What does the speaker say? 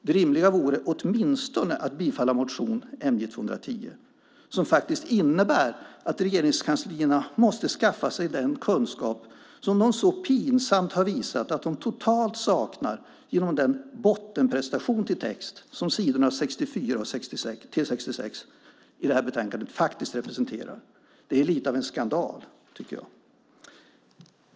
Det rimliga vore åtminstone att bifalla motion MJ210 som faktiskt innebär att Regeringskansliet måste skaffa den kunskap som man så pinsamt har visat att man totalt saknar genom den bottenprestation till text som s. 64-66 i det här betänkandet faktiskt är. Det är lite av en skandal, tycker jag.